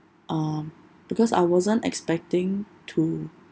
um because I wasn't expecting to